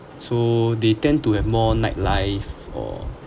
so they tend to have more nightlife or